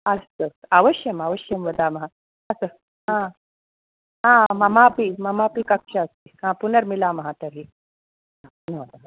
अस्तु अवश्यम् अवश्यं वदामः मम अपि मम अपि कक्षा अस्ति पुनर्मिलामः तर्हि धन्यवादः